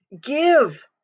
Give